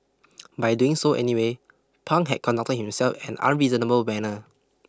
by doing so anyway Pang had conducted himself an unreasonable manner